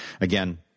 again